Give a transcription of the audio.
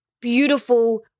beautiful